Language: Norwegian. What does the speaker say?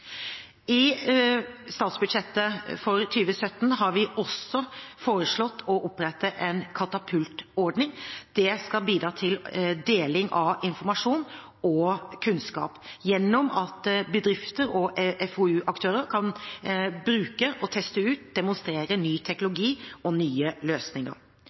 I statsbudsjettet for 2017 har vi også foreslått å opprette en «katapultordning». Det skal bidra til deling av informasjon og kunnskap gjennom at bedrifter og FoU-aktører kan bruke og teste ut og demonstrere ny teknologi og nye løsninger.